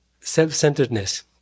self-centeredness